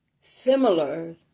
similar